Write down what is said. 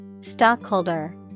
Stockholder